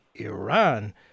Iran